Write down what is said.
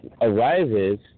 arises